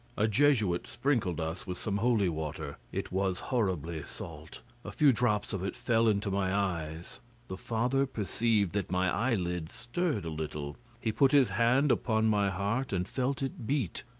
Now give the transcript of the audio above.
a jesuit sprinkled us with some holy water it was horribly salt a few drops of it fell into my eyes the father perceived that my eyelids stirred a little he put his hand upon my heart and felt it beat.